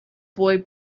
boy